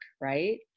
Right